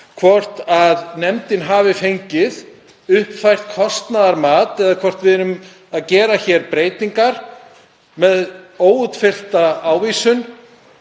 hvort nefndin hafi fengið uppfært kostnaðarmat eða hvort við erum að gera hér breytingar með óútfyllta ávísun